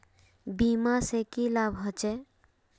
बीमा से की लाभ होचे?